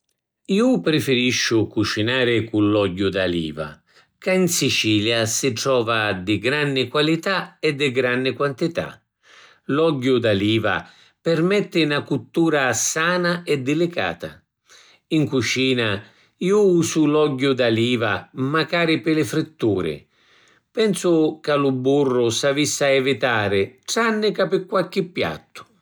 Ju prifirisciu cucinari cu l’ogghiu d’aliva ca in Sicilia si trova di granni qualità e di granni quantità. L’ogghiu d’aliva permetti na cuttura sana e dilicata. In cucina ju usu l’ogghiu d’aliva macari pi li fritturi. Pensu ca lu burru s’avissi a evitari tranni ca pi qualchi piattu.